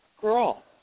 girl